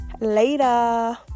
Later